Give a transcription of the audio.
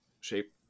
shape